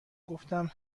گفتم